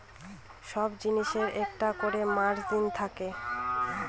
সব জিনিসের একটা করে মার্জিন থাকে